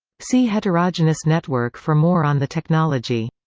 see heterogenous network for more on the technology.